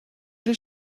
does